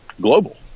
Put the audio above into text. global